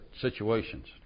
situations